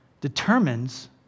determines